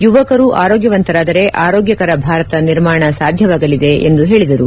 ಯುವಕರು ಆರೋಗ್ಯವಂತರಾದರೆ ಆರೋಗ್ಯಕರ ಭಾರತ ನಿರ್ಮಾಣ ಸಾಧ್ಯವಾಗಲಿದೆ ಎಂದು ಹೇಳಿದರು